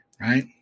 Right